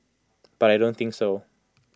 but I don't think so